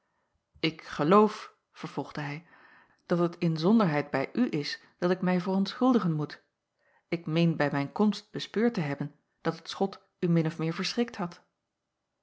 ik geloof vervolgde hij dat het inzonderheid bij u is dat ik mij verontschuldigen moet ik meen bij mijn komst bespeurd te hebben dat het schot u min of meer verschrikt had